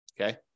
Okay